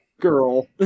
Girl